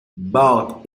bart